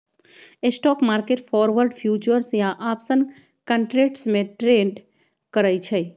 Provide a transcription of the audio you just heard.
stock market forward, futures या options contracts में trade करई छई